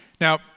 Now